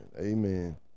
amen